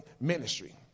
ministry